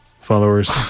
followers